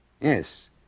Yes